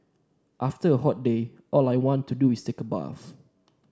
after a hot day all I want to do is take a bath